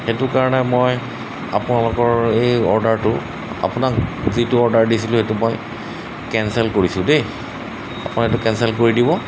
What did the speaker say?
সেইটো কাৰণে মই আপোনালোকৰ এই অৰ্ডাৰটো আপোনাক যিটো অৰ্ডাৰ দিছিলোঁ সেইটো মই কেনঞ্চেল কৰিছোঁ দেই আপোনাৰ সেইটো কেনঞ্চেল কৰি দিব